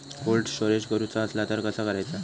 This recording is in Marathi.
कोल्ड स्टोरेज करूचा असला तर कसा करायचा?